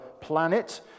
planet